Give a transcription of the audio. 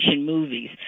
movies